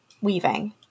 weaving